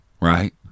Right